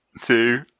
two